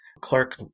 Clark